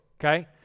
okay